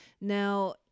now